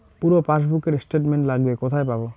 পুরো পাসবুকের স্টেটমেন্ট লাগবে কোথায় পাব?